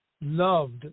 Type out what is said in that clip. loved